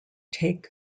take